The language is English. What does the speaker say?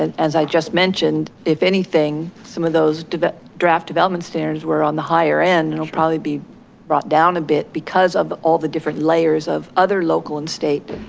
and as i just mentioned, if anything, some of those draft development standards were on the higher end, it'll probably be brought down a bit because of all the different layers of other local and state